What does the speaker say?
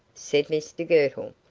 said mr girtle.